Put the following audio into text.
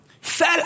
fell